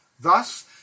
Thus